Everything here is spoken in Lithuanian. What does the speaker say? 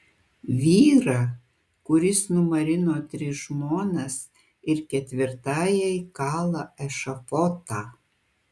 vyrą kuris numarino tris žmonas ir ketvirtajai kala ešafotą